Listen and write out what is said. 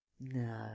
No